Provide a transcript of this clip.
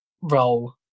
role